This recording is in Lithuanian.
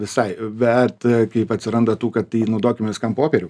visai bet kaip atsiranda tų kad tai naudokim viskam popierių